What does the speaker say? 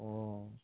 ও